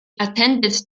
attended